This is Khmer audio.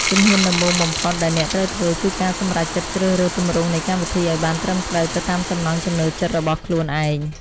ជំហានដំបូងបំផុតដែលអ្នកត្រូវធ្វើគឺការសម្រេចចិត្តជ្រើសរើសទម្រង់នៃកម្មវិធីឱ្យបានត្រឹមត្រូវទៅតាមចំណង់ចំណូលចិត្តរបស់ខ្លួនឯង។